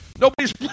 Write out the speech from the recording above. Nobody's